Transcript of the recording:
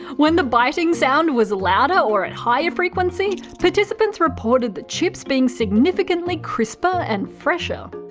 when the biting sound was louder or at higher frequency, participants reported the chips being significantly crisper and fresher.